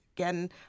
Again